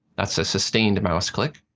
that's a sustained mouse click.